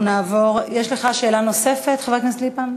יש לך שאלה נוספת, חבר הכנסת ליפמן?